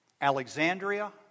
Alexandria